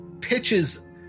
pitches